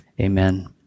Amen